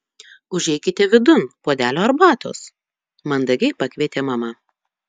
užeikite vidun puodelio arbatos mandagiai pakvietė mama